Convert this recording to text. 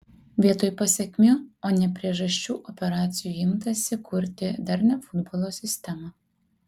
vietoj pasekmių o ne priežasčių operacijų imtasi kurti darnią futbolo sistemą